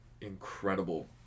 incredible